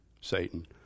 Satan